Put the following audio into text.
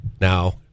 Now